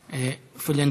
בהיריון),